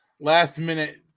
last-minute